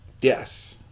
Yes